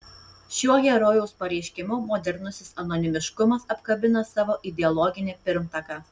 šiuo herojaus pareiškimu modernusis anonimiškumas apkabina savo ideologinį pirmtaką